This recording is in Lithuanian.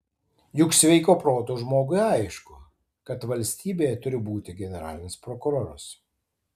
juk sveiko proto žmogui aišku kad valstybėje turi būti generalinis prokuroras